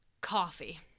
Coffee